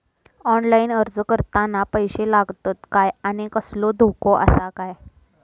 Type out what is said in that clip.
Online अर्ज करताना पैशे लागतत काय आनी कसलो धोको आसा काय?